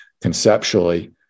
conceptually